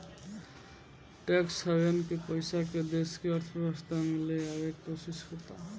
tax haven के पइसा के देश के अर्थव्यवस्था में ले आवे के कोशिस होता